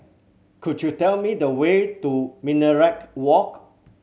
could you tell me the way to Minaret Walk